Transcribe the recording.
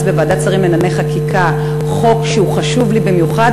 בוועדת שרים לענייני חקיקה חוק שהוא חשוב לי במיוחד,